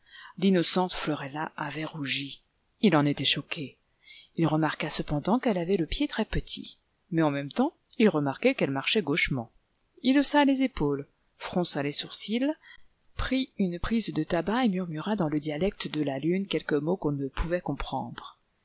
l'innocente florella avait rougi il en était choqué il remarqua cependant qu'elle avait le pied trèspetit mais en même temps il remarquait qu'elle marchait gauchement il haussa les épaules fronça les sourcils prit une prise de tabac et murmura dans le dialecte de la lune quelques mots qu'on ne pouvait comprendre